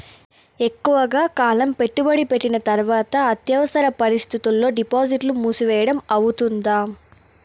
ఎక్కువగా కాలం పెట్టుబడి పెట్టిన తర్వాత అత్యవసర పరిస్థితుల్లో డిపాజిట్లు మూసివేయడం అవుతుందా?